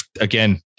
Again